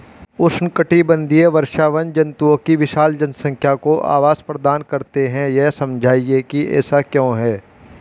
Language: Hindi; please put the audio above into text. उष्णकटिबंधीय वर्षावन जंतुओं की विशाल जनसंख्या को आवास प्रदान करते हैं यह समझाइए कि ऐसा क्यों है?